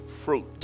fruit